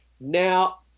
now